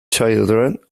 children